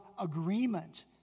agreement